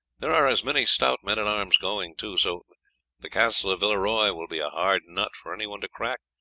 there are as many stout men-at-arms going too so the castle of villeroy will be a hard nut for anyone to crack,